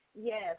Yes